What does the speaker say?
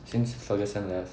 since ferguson left